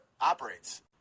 operates